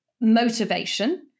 motivation